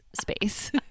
space